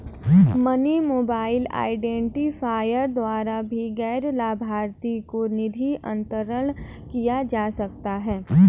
money mobile identifier द्वारा भी गैर लाभार्थी को निधि अंतरण किया जा सकता है